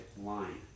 line